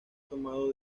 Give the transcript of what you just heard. tomado